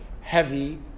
heavy